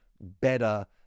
better